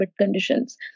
conditions